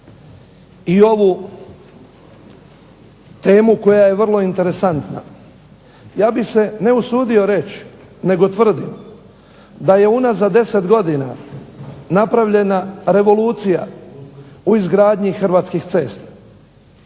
i ovu temu koja je vrlo interesantna. Ja bih se ne usudio reći, nego tvrdim, da je unazad 10 godina napravljena revolucija u izgradnji Hrvatskih cesta.